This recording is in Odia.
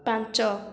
ପାଞ୍ଚ